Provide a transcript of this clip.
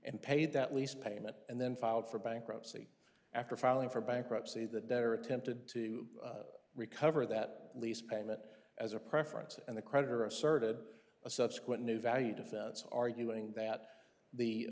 and paid that lease payment and then filed for bankruptcy after filing for bankruptcy the debtor attempted to recover that lease payment as a preference and the creditor asserted a subsequent new value defense arguing that the